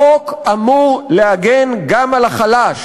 החוק אמור להגן גם על החלש